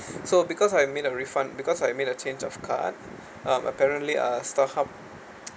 so because I made a refund because I made a change of card um apparently uh StarHub